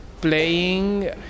playing